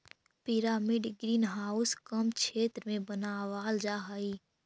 pyramid greenhouse कम क्षेत्र में बनावाल जा हई